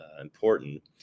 important